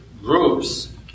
groups